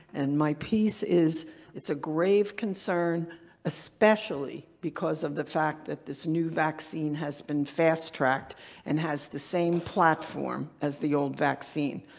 and my piece is it's a grave concern especially because of the fact that this new vaccine has been fast-tracked and has the same platform as the old vaccine.